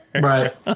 Right